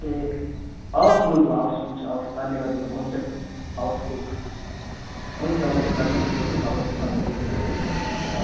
ए हवस् बुबु हवस् हुन्छ हवस् धन्यवाद बुबु हुन्छ हवस् बुबु हुन्छ हुन्छ धन्यवाद बुबु हवस् समय दिनुभएकोमा हवस्